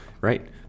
right